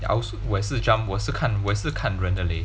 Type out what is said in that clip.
ya I also 我也是 jump 我也是我也是看人的 leh